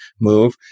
move